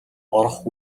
орох